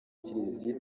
kiliziya